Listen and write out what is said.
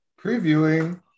previewing